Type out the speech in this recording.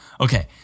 Okay